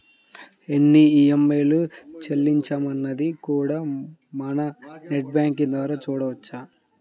ఎన్ని ఈఎంఐలు చెల్లించామన్నది కూడా మనం నెట్ బ్యేంకింగ్ ద్వారా చూడొచ్చు